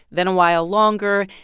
then a while longer.